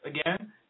again